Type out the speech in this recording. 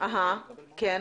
אם הוועדה מבקשת